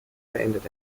beendet